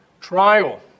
Trial